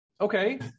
Okay